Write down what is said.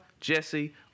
Jesse